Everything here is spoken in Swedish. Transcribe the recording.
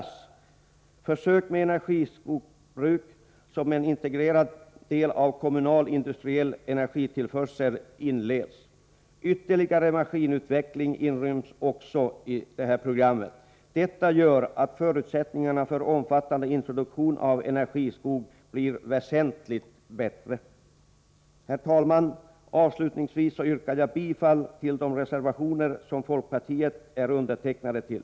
Också inledande av försök med energiskogsbruk som en integrerad del av kommunal/industriell energitillförsel och ytterligare maskinutveckling inryms i detta program. Detta gör att förutsättningarna för omfattande introduktion av energiskog blir väsentligt bättre. Herr talman! Avslutningsvis yrkar jag bifall till de reservationer som undertecknats av folkpartiledamöter.